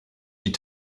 die